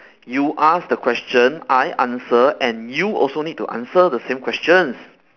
you ask the question I answer and you also need to answer the same questions